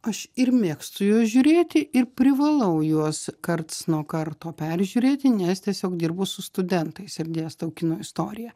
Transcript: aš ir mėgstu juos žiūrėti ir privalau juos karts nuo karto peržiūrėti nes tiesiog dirbu su studentais ir dėstau kino istoriją